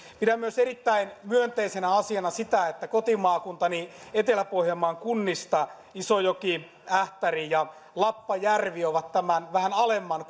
pidän myös erittäin myönteisenä asiana sitä että kotimaakuntani etelä pohjanmaan kunnista isojoki ähtäri ja lappajärvi ovat tämän vähän alemman